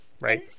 right